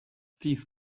thief